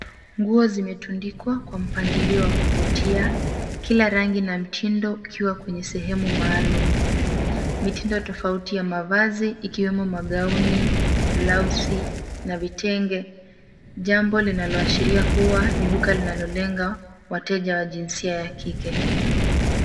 Nguo zimetundikwa kwa mpangilio wa kuvutia kila rangi na mtindo ikiwa kwenye sehemu maalum mitindo tofauti ya mavazi ikiwemo magauni blausi na vitenge jambo linaloashiria kuwa ni duka linaolenga wateja wa jinsia ya kike.